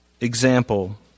example